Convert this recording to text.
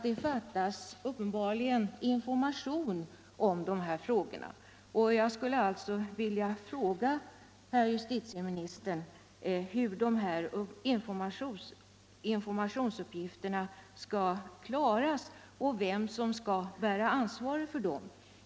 Det saknas uppenbarligen information om dessa frågor, och jag skulle därför vilja fråga herr justitieministern hur dessa informationsproblem skall lösas och vem skall bära ansvaret för att de blir lösta.